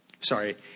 Sorry